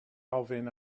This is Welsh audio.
ofyn